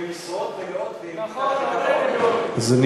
נראה לך הגיוני ששני